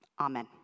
Amen